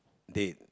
day